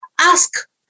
ask